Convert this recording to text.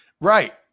Right